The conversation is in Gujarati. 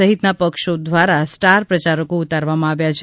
સહિતના પક્ષો દ્વારા સ્ટાર પ્રચારકો ઉતારવામાં આવ્યા છે